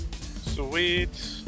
Sweet